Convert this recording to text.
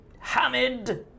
Hamid